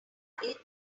naturally